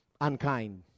unkind